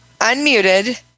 unmuted